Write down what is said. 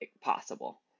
possible